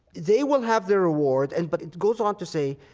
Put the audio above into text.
they will have their reward and but it goes on to say,